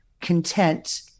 content